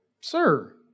Sir